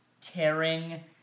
tearing